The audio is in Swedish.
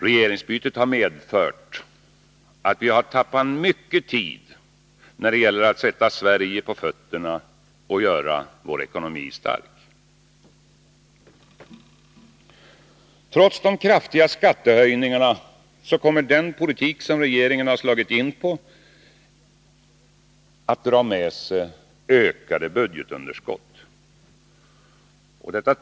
Regeringsbytet har medfört att vi har tappat mycket tid när det gäller att sätta Sverige på fötterna och göra vår ekonomi stark. Trots de kraftiga skattehöjningarna kommer den politik som regeringen har slagit in på att dra med sig ökade budgetunderskott.